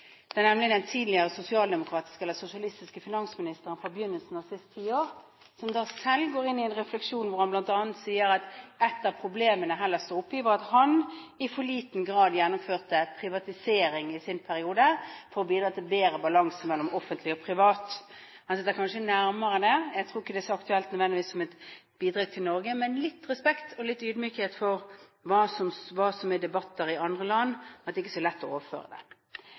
av dem, nemlig den tidligere sosialistiske finansministeren fra begynnelsen av siste tiår, har nylig selv reflektert over dette og sagt at ett av problemene Hellas sto oppe i, var at han i for liten grad gjennomførte privatisering i sin periode for å bidra til bedre balanse mellom det offentlige og private. Han sitter kanskje nærmere det. Jeg tror ikke det nødvendigvis er så aktuelt med det som et bidrag til Norge, men litt respekt og litt ydmykhet for hva som er debatter i andre land – at det ikke er så lett å overføre det.